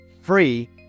free